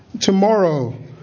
tomorrow